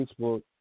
Facebook